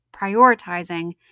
prioritizing